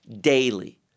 daily